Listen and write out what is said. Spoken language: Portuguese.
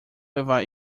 levar